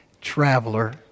traveler